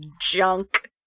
junk